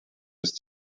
ist